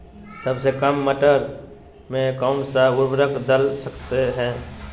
सबसे काम मटर में कौन सा ऊर्वरक दल सकते हैं?